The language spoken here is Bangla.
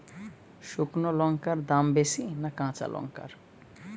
শুক্নো লঙ্কার দাম বেশি না কাঁচা লঙ্কার?